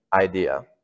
idea